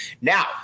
Now